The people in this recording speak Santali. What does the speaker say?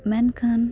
ᱢᱮᱱᱠᱷᱟᱱ